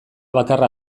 bakarra